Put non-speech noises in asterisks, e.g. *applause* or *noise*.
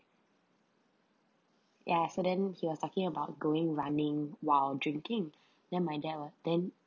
ya so then he was talking about going running while drinking *breath* then my dad were there